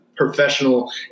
professional